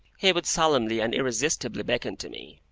he would solemnly and irresistibly beckon to me.